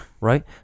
Right